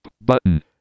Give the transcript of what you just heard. button